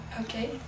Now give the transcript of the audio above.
Okay